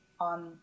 on